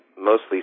mostly